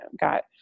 got